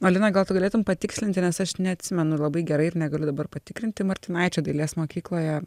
o lina gal tu galėtum patikslinti nes aš neatsimenu labai gerai ir negaliu dabar patikrinti martinaičio dailės mokykloje